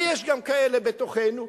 ויש גם כאלה בתוכנו,